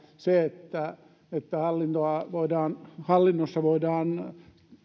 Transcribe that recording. se että että hallinnossa voidaan hallinnossa voidaan